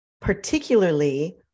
particularly